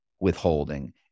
withholding